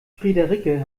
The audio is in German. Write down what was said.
friederike